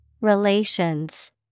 Relations